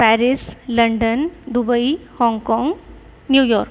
Paris London Dubai Hong Kong New York